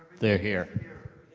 they're here.